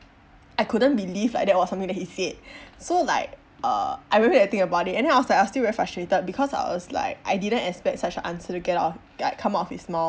I couldn't believe like that was something that he said so like uh I went home think about it and then I was like I was still very frustrated because I was like I didn't expect such a answer to get out ya come out of his mouth